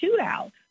shootout